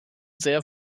sehr